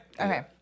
Okay